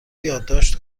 یادداشت